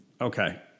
Okay